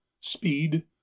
Speed